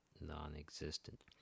non-existent